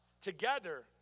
together